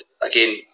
again